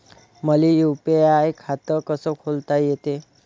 मले यू.पी.आय खातं कस खोलता येते?